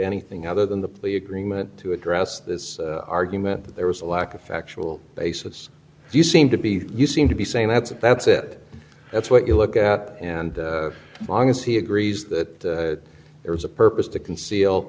anything other than the plea agreement to address this argument that there was a lack of factual basis if you seem to be you seem to be saying that's it that's it that's what you look at and long as he agrees that there is a purpose to conceal